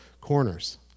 corners